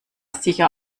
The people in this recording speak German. sicher